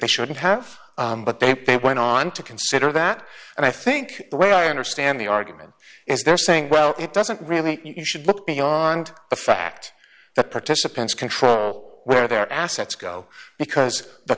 they shouldn't have but they pay went on to consider that and i think the way i understand the argument is they're saying well it doesn't really you should look beyond the fact that participants control where their assets go because the